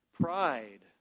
pride